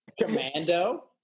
Commando